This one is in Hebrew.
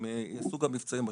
הם יעשו גם מבצעים בשטח.